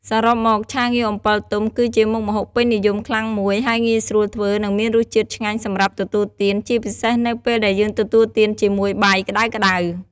សរុបមក ឆាងាវអំពិលទុំ គឺជាមុខម្ហូបពេញនិយមខ្លាំងមួយ ហើយងាយស្រួលធ្វើ និងមានរសជាតិឆ្ងាញ់សម្រាប់ទទួលទាន ជាពិសេសនៅពេលដែលយើងទទួលទានជាមួយបាយក្ដៅៗ។